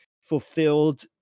fulfilled